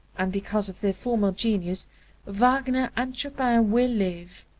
and because of their formal genius wagner and chopin will live.